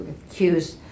accused